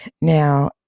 now